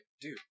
dude